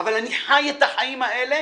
אבל אני חי את החיים האלה,